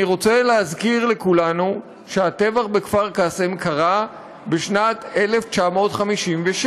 אני רוצה להזכיר לכולנו שהטבח בכפר-קאסם קרה בשנת 1956,